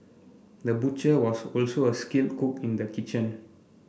the butcher was also a skilled cook in the kitchen